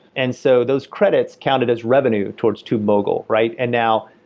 and so those credits counted as revenue towards tubemogul, right? and now,